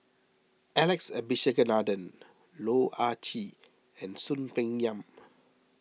Alex Abisheganaden Loh Ah Chee and Soon Peng Yam